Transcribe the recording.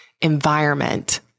environment